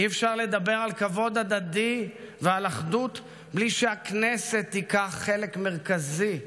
אי-אפשר לדבר על כבוד הדדי ועל אחדות בלי שהכנסת תיקח חלק מרכזי בשינוי.